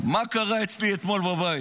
מה קרה אצלי אתמול בבית.